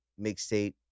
mixtape